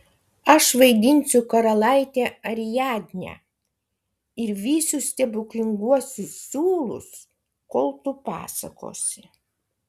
aš vaidinsiu karalaitę ariadnę ir vysiu stebuklinguosius siūlus kol tu pasakosi